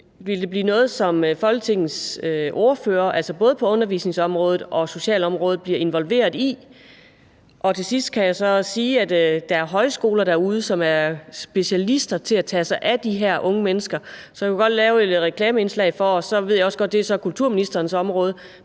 vil blive noget, som Folketingets ordførere, altså både på undervisningsområdet og socialområdet, bliver involveret i. Til sidst kan jeg også sige, at der er højskoler derude, som er specialister i at tage sig af de her unge mennesker. Så jeg vil godt lave et reklameindslag for det. Så ved jeg også godt, at det er kulturministerens område,